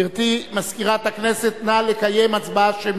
גברתי מזכירת הכנסת, נא לקיים הצבעה שמית.